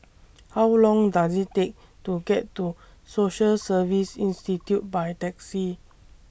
How Long Does IT Take to get to Social Service Institute By Taxi